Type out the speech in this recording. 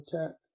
attack